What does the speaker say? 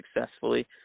successfully